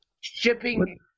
Shipping